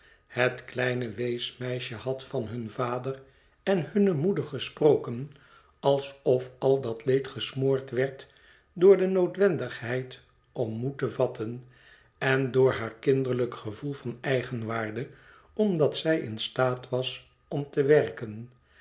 het kleine weesmeisje had van hun vader en hunne moeder gesproken alsof al dat leed gesmoord werd door de noodwendigheid om moed te vatten en door haar kinderlijk gevoel van eigenwaarde omdat zij in staat was om te werken